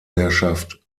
herrschaft